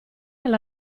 alla